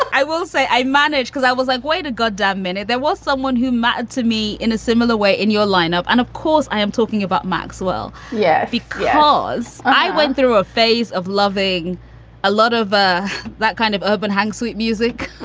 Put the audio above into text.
i will say i manage because i was like, wait a goddamn minute. there was someone who mattered to me in a similar way in your lineup. and of course i am talking about maxwell. yeah. because i went through a phase of loving a lot of of that kind of urban hang suite music.